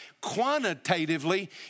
Quantitatively